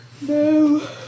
No